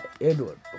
Edward